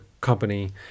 company